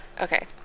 okay